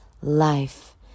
life